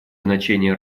значение